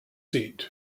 seat